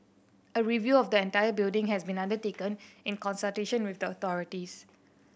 a review of the entire building has been undertaken in consultation with the authorities